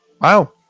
Wow